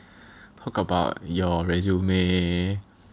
talk about your resume